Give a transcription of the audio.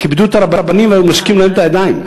כיבדו את הרבנים והיו מנשקים להם את הידיים.